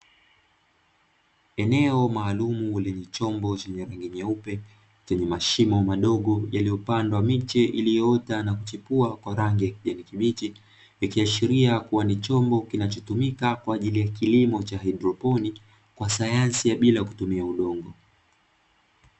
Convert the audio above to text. Eneo maalumu lenye chombo chenye rangi nyeupe, mashomo madogo yaliyopandwa miche iliyoota na kuchipua kwa rangi ya kijani kibichi, ikiashiria ni chombo kinachotumika kwa ajili ya haidroponiki kwa sayansi bila kutumia udongo.